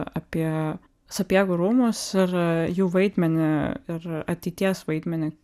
apie sapiegų rūmus ir jų vaidmenį ir ateities vaidmenį